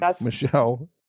Michelle